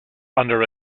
under